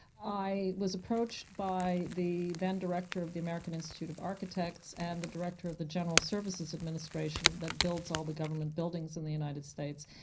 i was approached by the then director of the american institute of architects and the director of the general services administration that builds all the government buildings in the united states.